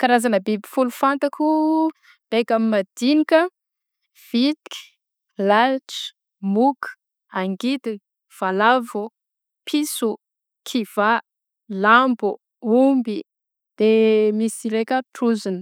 Karazana biby folo fantako miainga amin'ny madinika: vitsiky, lalitra, moka, angidina, valavo piso, kivà, lambo, omby, de misy raika trozona.